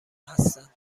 هستند